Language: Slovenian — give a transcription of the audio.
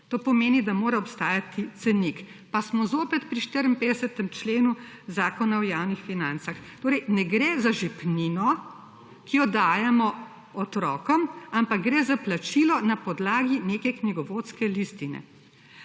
To pomeni, da mora obstajati cenik. Pa smo zopet pri 54. členu Zakona o javnih financah. Torej, ne gre za žepnino, ki jo dajemo otrokom, ampak gre za plačilo na podlagi neke knjigovodske listine.